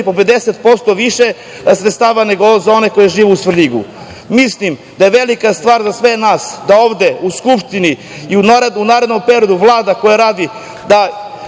po 50% više sredstava nego za one koji žive u Svrljigu. Mislim da je velika stvar za sve nas da ovde, u Skupštini, i u narednom periodu, Vlada koja radi, da